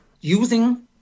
using